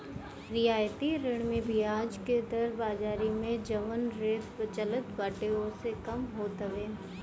रियायती ऋण में बियाज के दर बाजारी में जवन रेट चलत बाटे ओसे कम होत हवे